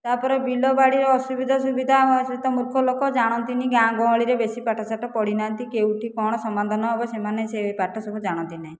ତା'ପରେ ବିଲବାଡ଼ି ଅସୁବିଧା ସୁବିଧା ସେ ତ ମୂର୍ଖ ଲୋକ ଜାଣନ୍ତିନି ଗାଁଗହଳିରେ ବେଶି ପାଠଷାଠ ପଢିନାହାଁନ୍ତି କେଉଁଠି କ'ଣ ସମାଧାନ ହେବ ସେମାନେ ସେ ପାଠ ସବୁ ଜାଣନ୍ତି ନାହିଁ